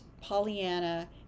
Pollyanna